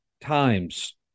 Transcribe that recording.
times